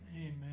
Amen